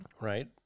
Right